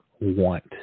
want